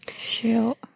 Shoot